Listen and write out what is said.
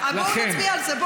בואו נצביע על זה.